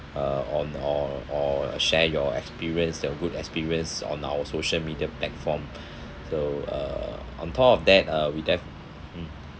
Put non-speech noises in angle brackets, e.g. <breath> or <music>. uh on or or share your experience your good experience on our social media platform <breath> so uh on top of that uh we def~ mm